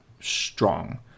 strong